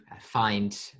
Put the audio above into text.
find